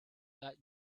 that